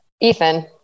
Ethan